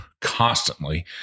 constantly